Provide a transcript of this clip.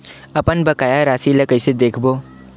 अपन बकाया राशि ला कइसे देखबो?